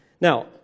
Now